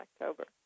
October